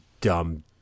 dumb